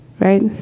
Right